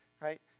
right